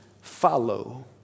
follow